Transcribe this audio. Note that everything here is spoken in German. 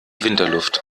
winterluft